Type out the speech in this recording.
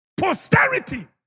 Posterity